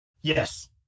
Yes